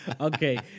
Okay